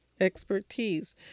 expertise